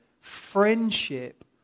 friendship